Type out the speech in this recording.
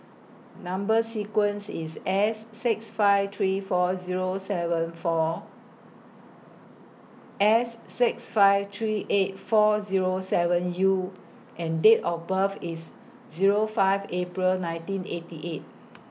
Number sequence IS S six five three four Zero seven four S six five three eight four Zero seven U and Date of birth IS Zero five April nineteen eighty eight